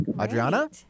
Adriana